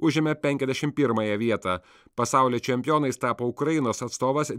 užėmė penkiasdešim pirmąją vietą pasaulio čempionais tapo ukrainos atstovas